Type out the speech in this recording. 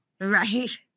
Right